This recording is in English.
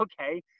okay